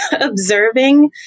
observing